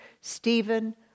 Stephen